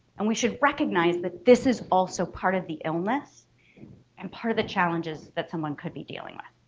and we should recognize that this is also part of the illness and part of the challenges that someone could be dealing with.